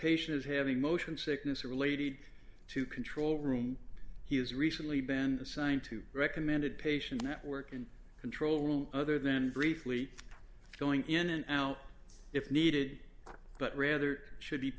patients having motion sickness related to control room he has recently been assigned to recommended patient network and control room other than briefly going in and out if needed but rather should be